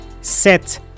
set